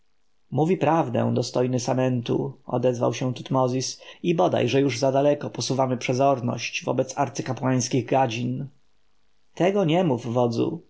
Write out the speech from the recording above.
mówi prawdę dostojny samentu odezwał się tutmozis i bodaj że już za daleko posuwamy przezorność wobec arcykapłańskich gadzin tego nie mów wodzu